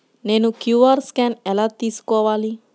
నేను QR scan ఎలా తీసుకోవాలి?